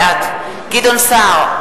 בעד גדעון סער,